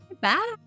Bye